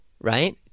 right